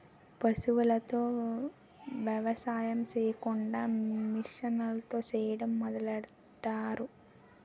పశువులతో ఎవసాయం సెయ్యకుండా మిసన్లతో సెయ్యడం మొదలెట్టారు